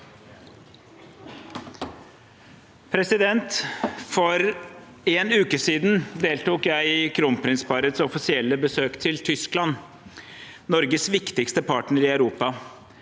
For en uke siden deltok jeg i kronprinsparets offisielle besøk til Tyskland, Norges viktigste partner i Europa.